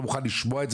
לא מוכן לשמוע את זה,